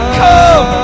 come